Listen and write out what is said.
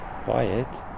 quiet